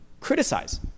criticize